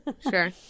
Sure